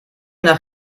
nach